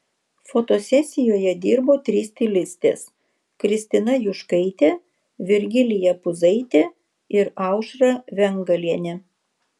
fotosesijoje dirbo trys stilistės kristina juškaitė virgilija puzaitė ir aušra vengalienė